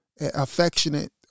affectionate